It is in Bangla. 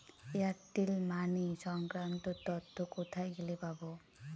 এয়ারটেল মানি সংক্রান্ত তথ্য কোথায় গেলে পাব?